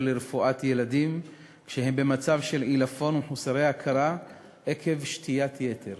לרפואת ילדים כשהם במצב של עילפון ומחוסרי הכרה עקב שתיית יתר.